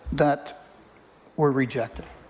that were rejected.